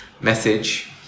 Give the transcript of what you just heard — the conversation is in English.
message